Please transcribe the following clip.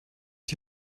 die